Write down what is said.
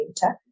data